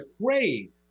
afraid